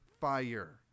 fire